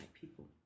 people